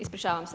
Ispričavam se.